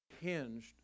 hinged